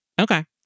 Okay